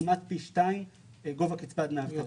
בכמעט פי שתיים גובה קצבת דמי אבטלה.